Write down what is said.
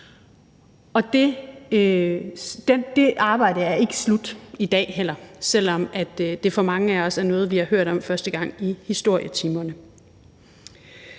Og det arbejde er ikke slut i dag, selv om det for mange af os er noget, vi første gang har hørt om i historietimerne.